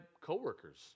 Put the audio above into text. coworkers